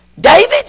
David